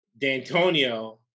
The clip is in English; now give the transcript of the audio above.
D'Antonio